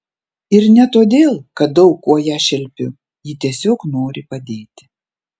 ir ne todėl kad daug kuo ją šelpiu ji tiesiog nori padėti